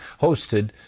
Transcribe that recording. hosted